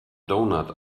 donut